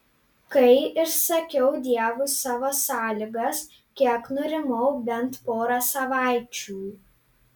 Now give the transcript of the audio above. kai išsakiau dievui savo sąlygas kiek nurimau bent porą savaičių